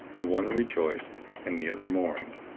the one rejoiced and the other mourned.